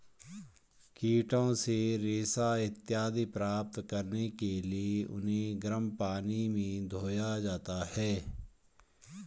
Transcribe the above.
कीटों से रेशा इत्यादि प्राप्त करने के लिए उन्हें गर्म पानी में धोया जाता है